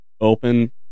open